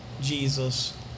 Jesus